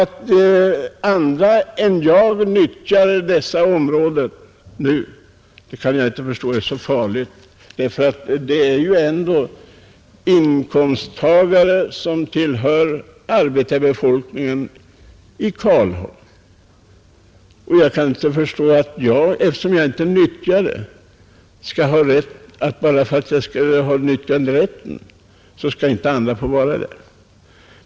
Att andra än jag nyttjar det området nu kan jag inte förstå är så farligt. De är ändå inkomsttagare som tillhör arbetarbefolkningen i Karlholm, Eftersom jag inte nyttjar området kan jag inte förstå att andra inte skall få vara där bara därför att jag har nyttjanderätten.